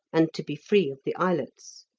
and to be free of the islets.